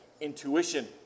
intuition